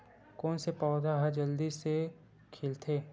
कोन से पौधा ह जल्दी से खिलथे?